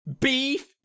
Beef